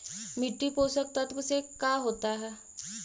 मिट्टी पोषक तत्त्व से का होता है?